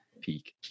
peak